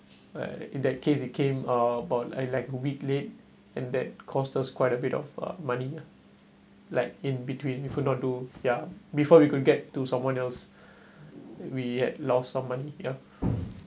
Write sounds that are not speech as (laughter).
uh in that case it came about and like a week late and that cost us quite a bit of uh money ah like in between you could not do ya before we could get to someone else (breath) we had lost some money ya